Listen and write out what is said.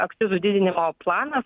akcizų didinimo planas